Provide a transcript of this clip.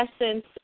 essence